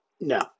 No